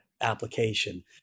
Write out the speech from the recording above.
application